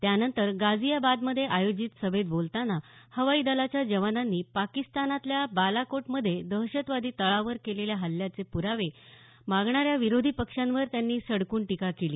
त्यानंतर गाझियाबादमध्ये आयोजित सभेत बोलताना हवाई दलाच्या जवानांनी पाकिस्तानातल्या बालाकोटमध्ये दहशतवादी तळावर केलेल्या हल्ल्याचे प्रावे मागणाऱ्या विरोधी पक्षांवर त्यांनी सडकून टीका केली